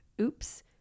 Oops